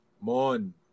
Mon